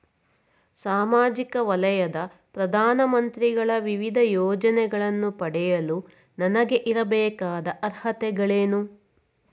ಸಾಮಾಜಿಕ ವಲಯದ ಪ್ರಧಾನ ಮಂತ್ರಿಗಳ ವಿವಿಧ ಯೋಜನೆಗಳನ್ನು ಪಡೆಯಲು ನನಗೆ ಇರಬೇಕಾದ ಅರ್ಹತೆಗಳೇನು?